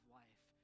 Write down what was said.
life